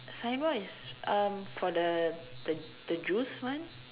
signboard is um for the the the juice one